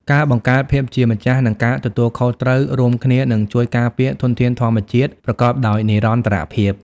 ការបង្កើតភាពជាម្ចាស់ និងការទទួលខុសត្រូវរួមគ្នានឹងជួយការពារធនធានធម្មជាតិប្រកបដោយនិរន្តរភាព។